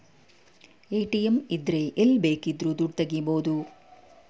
ATM ಇದ್ರೆ ಎಲ್ಲ್ ಬೇಕಿದ್ರು ದುಡ್ಡ ತಕ್ಕಬೋದು